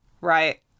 right